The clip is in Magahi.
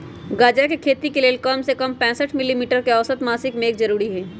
गजा के खेती के लेल कम से कम पैंसठ मिली मीटर के औसत मासिक मेघ जरूरी हई